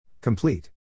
Complete